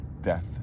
death